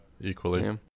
equally